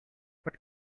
what